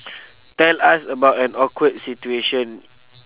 tell us about an awkward situation